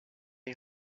est